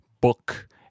book